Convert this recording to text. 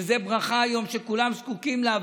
שזו ברכה שהיום כולם זקוקים לה,